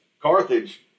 Carthage